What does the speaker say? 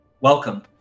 Welcome